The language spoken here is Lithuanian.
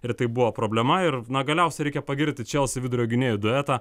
ir tai buvo problema ir na galiausiai reikia pagirti chelsea vidurio gynėjų duetą